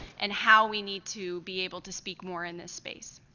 and how we need to be able to speak more in this space.